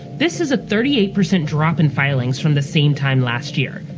this is a thirty eight percent drop in filings from the same time last year.